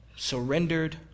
Surrendered